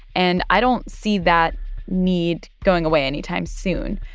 and i don't see that need going away anytime soon.